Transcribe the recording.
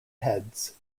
heads